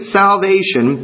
salvation